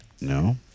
no